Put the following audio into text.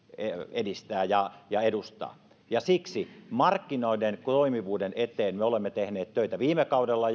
edistää ja ja edustaa siksi markkinoiden toimivuuden eteen me olemme tehneet töitä jo viime kaudella